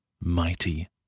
mighty